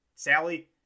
Sally